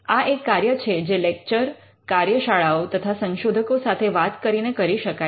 આ એક કાર્ય છે જે લેક્ચર કાર્યશાળાઓ તથા સંશોધકો સાથે વાત કરીને કરી શકાય છે